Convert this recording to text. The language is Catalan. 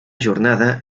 jornada